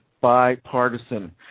bipartisan